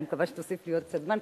אני מקווה שתוסיף לי עוד קצת זמן,